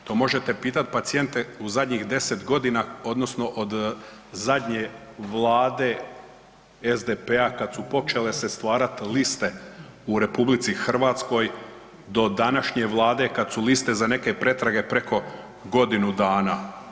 To možete pitat pacijente u zadnjih 10.g. odnosno od zadnje Vlade SDP-a kad su počele se stvarat liste u RH do današnje vlade kad su liste za neke pretrage preko godinu dana.